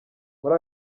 muri